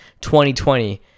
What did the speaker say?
2020